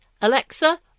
Alexa